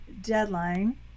deadline